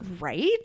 Right